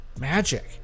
magic